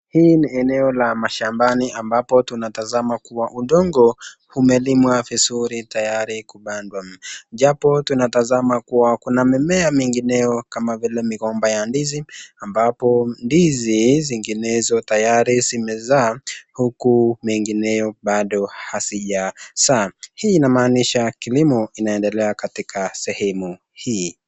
Hii ni eneo la mashambani ambapo tunatazama kuwa udongo umelimwa vizuri tayari kupandwa , japo tunatazama kuwa , kuna mmea mengineo kama vile migomba ya ndizi , ambapo ndizi zinginezo tayari simezaa huku mengeneo bado sijazaa . Hii inamaanisha kilimo inaendelea katika sehemu hii.